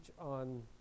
on